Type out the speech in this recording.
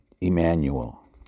Emmanuel